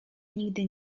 nigdy